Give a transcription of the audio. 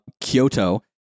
Kyoto